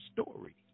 story